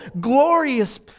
glorious